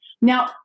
Now